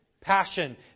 passion